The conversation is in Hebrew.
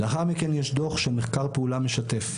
לאחר מכן יש דוח של מחקר פעולה משתף,